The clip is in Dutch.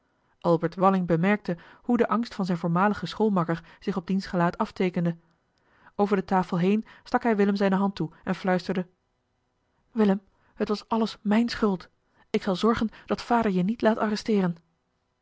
albert walling bemerkte hoe de angst van zijn voormaligen schoolmakker zich op diens gelaat afteekende over de tafel heen stak hij willem zijne hand toe en fluisterde willem het was alles mijn schuld ik zal zorgen dat vader je niet laat arresteeren